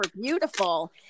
beautiful